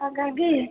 ಹಾಗಾಗಿ